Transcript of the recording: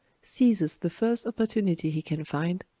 seizes the first opportunity he can find,